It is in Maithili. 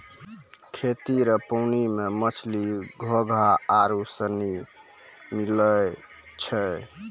खेत रो पानी मे मछली, घोंघा आरु सनी मिलै छै